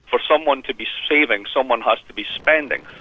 for someone to be saving, someone has to be spending,